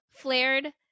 flared